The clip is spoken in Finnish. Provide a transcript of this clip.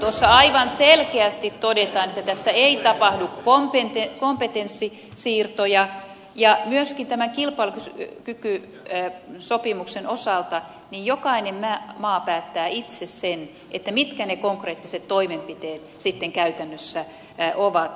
tuossa aivan selkeästi todetaan että tässä ei tapahdu kompetenssisiirtoja ja myöskin tämän kilpailukykysopimuksen osalta jokainen maa päättää itse sen mitkä ne konkreettiset toimenpiteet sitten käytännössä ovat